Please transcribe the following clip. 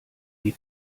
die